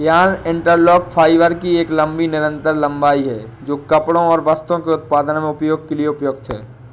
yarn interlock fibre की एक लंबी निरंतर लंबाई है, जो कपड़े और वस्त्रों के उत्पादन में उपयोग के लिए उपयुक्त है